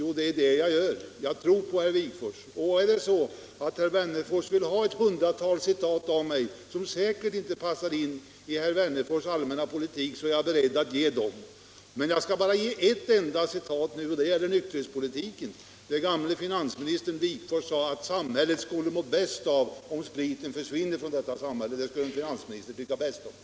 Jo, det är det jag gör. Om herr Wennerfors vill ha ett hundratal Wigforsscitat som säkerligen inte passar in i herr Wennerfors allmänna politik, är jag beredd att ta fram dem. Men jag skall nu bara anföra ett enda yttrande av herr Wigforss, som gällde nykterhetspolitiken och där den gamle finansministern sade: Samhället skulle må bäst av att spriten försvinner från detta samhälle. Det skulle en finansminister tycka bäst om.